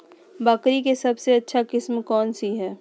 बकरी के सबसे अच्छा किस्म कौन सी है?